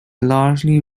largely